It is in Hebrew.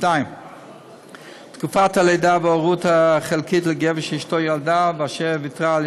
2. תקופת הלידה וההורות החלקית לגבר שאשתו ילדה ואשר ויתרה על